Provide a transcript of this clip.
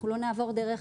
אנחנו לא נעבור דרך